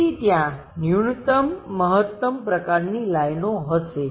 તેથી ત્યાં ન્યૂનતમ મહત્તમ પ્રકારની લાઈનો હશે